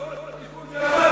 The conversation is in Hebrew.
לצורך תיקון,